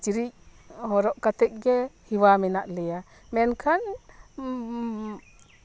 ᱠᱤᱪᱨᱤᱡ ᱦᱚᱨᱚᱜ ᱠᱟᱛᱮ ᱜᱮ ᱦᱮᱣᱟ ᱢᱮᱱᱟᱜ ᱞᱮᱭᱟ ᱢᱮᱱᱠᱷᱟᱱ